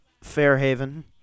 Fairhaven